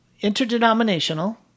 interdenominational